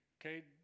Okay